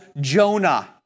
Jonah